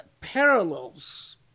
parallels